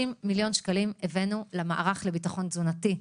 30 מיליון שקלים הבאנו למערך לביטחון תזונתי.